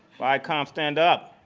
viacom stand up.